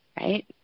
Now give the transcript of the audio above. right